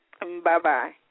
Bye-bye